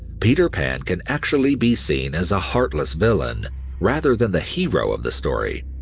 peter pan can actually be seen as a heartless villain rather than the hero of the story.